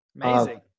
Amazing